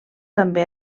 també